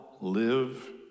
Live